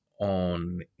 on